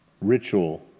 Ritual